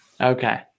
Okay